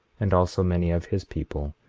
and also many of his people,